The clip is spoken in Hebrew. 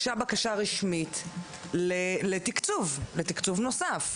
בקשה רשמית לתקצוב נוסף.